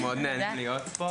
אנחנו מאוד נהנים להיות פה.